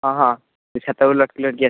ହଁ ହଁ